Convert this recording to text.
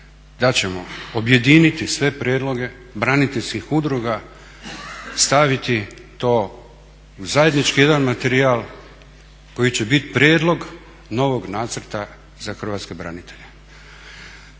da ćemo objediniti sve prijedloge braniteljskih udruga, staviti to u zajednički jedan materijal koji će biti prijedlog novog zacrta za hrvatske branitelje.